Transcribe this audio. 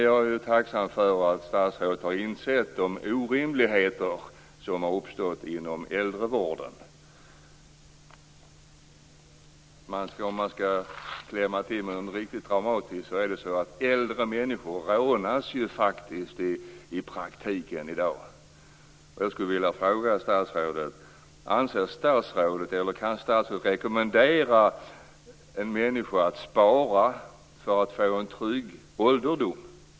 Jag är tacksam för att statsrådet har insett de orimligheter som har uppstått inom äldrevården. Om jag skall klämma till med något riktigt dramatiskt, är det så att äldre människor i praktiken rånas i dag. Jag skulle vilja fråga statsrådet: Kan statsrådet rekommendera en människa att spara för att få en trygg ålderdom?